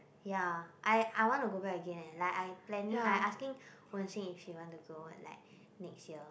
ya I I want to go back again leh like I planning I asking Wen-xin if he want to go like next year